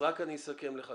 אז אני אסכם לך.